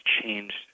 changed